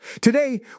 Today